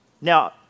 Now